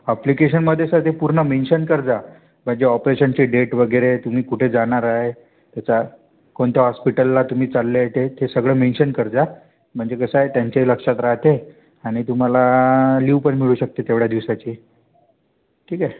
अप्लिकेशनमध्ये sir ते पूर्ण mention करजा म्हणजे ऑपरेशनची डेट वगैरे तुम्ही कुठे जाणार आहे याच्यात कोणत्या हॉस्पिटलला तुम्ही चालले आहे ते ते सगळं मेंशन करजा म्हणजे कसं आहे त्यांच्याही लक्षात राहाते आणि तुम्हाला लिव्ह पण मिळू शकते तेवढ्या दिवसाची ठीक आहे